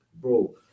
Bro